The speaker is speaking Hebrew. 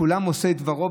כולם עושי דברו.